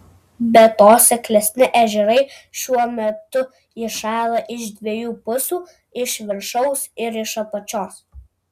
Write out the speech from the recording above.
be to seklesni ežerai šiuo metu įšąla iš dviejų pusių iš viršaus ir iš apačios